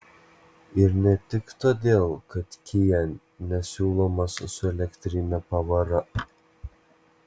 ir ne tik todėl kad kia nesiūlomas su elektrine pavara